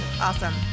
Awesome